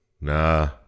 Nah